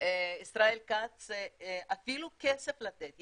ישראל כץ אפילו כסף לתת.